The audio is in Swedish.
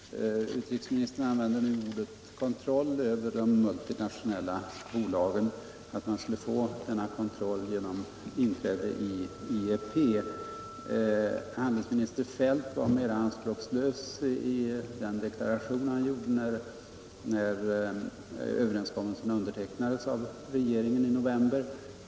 Herr talman! Utrikesministern säger att man skulle få kontroll över de multinationella bolagen genom inträde i IEP. Handelsminister Feldt var mera anspråkslös i den deklaration han gjorde när överenskommelsen undertecknades av regeringen i november.